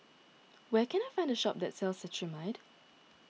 where can I find a shop that sells Cetrimide